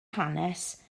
hanes